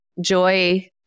joy